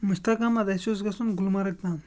مُشتاق احمد اَسہِ اوس گژھُن گُلمرگ تام